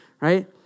right